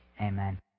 Amen